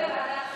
בוועדת החינוך,